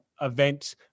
event